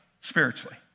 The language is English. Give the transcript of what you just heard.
spiritually